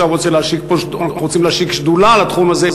אנחנו רוצים להשיק שדולה לתחום הזה,